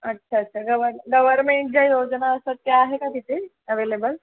अच्छा अच्छा गवर गवरमेन्टच्या योजना असतात त्या आहे का तिथे अॅवेलेबल